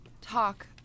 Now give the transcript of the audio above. talk